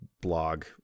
blog